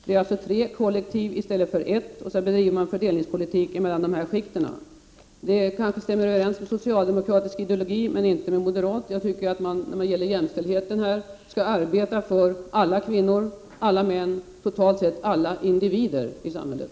Det är alltså tre kollektiv i stället för ett, och sedan bedriver man sin fördelningspolitik mellan dessa skikt. Det kanske stämmer överens med socialdemokratisk ideologi, men inte med moderat. Jag tycker att man när det gäller jämställdhet skall arbeta för alla kvinnor och alla män — totalt sett för alla individer i samhället.